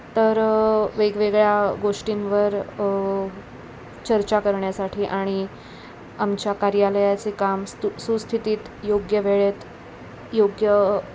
तर वेगवेगळ्या गोष्टींवर चर्चा करण्यासाठी आणि आमच्या कार्यालयाचे काम स्तु सुस्थितीत योग्य वेळेत योग्य